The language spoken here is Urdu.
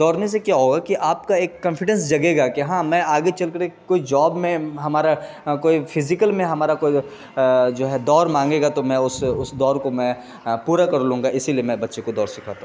دوڑنے سے کیا ہوگا کہ آپ کا ایک کنفیڈینس جگے گا کہ ہاں میں آگے چل کر ایک کوئی جاب میں ہمارا کوئی فزیکل میں ہمارا کوئی جو ہے دوڑ مانگے گا تو میں اس اس دوڑ کو میں پورا کر لوں گا اسی لیے میں بچے کو دوڑ سکھاتا ہوں